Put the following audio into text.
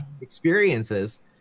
experiences